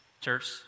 Church